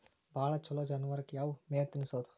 ಭಾಳ ಛಲೋ ಜಾನುವಾರಕ್ ಯಾವ್ ಮೇವ್ ತಿನ್ನಸೋದು?